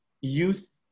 youth